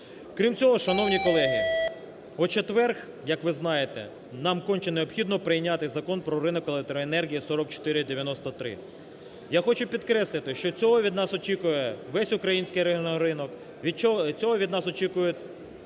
Крім цього, шановні колеги, у четвер, як ви знаєте, нам конче необхідно прийняти Закон про ринок електроенергії (4493). Я хочу підкреслити, що цього від нас очікує весь український енергоринок, цього від нас очікують